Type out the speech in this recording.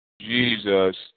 Jesus